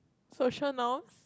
social norms